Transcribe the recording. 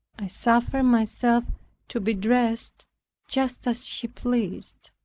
i suffered myself to be dressed just as she pleased,